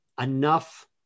enough